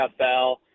NFL